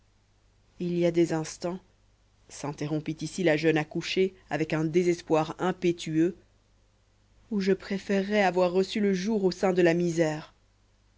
il y a des instants s'interrompit ici la jeune accouchée avec un désespoir impétueux où je préférerais avoir reçu le jour au sein de la misère